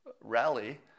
rally